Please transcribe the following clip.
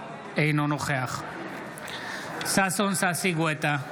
אינו נוכח ששון ששי גואטה,